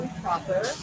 proper